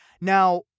Now